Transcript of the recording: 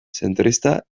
zentrista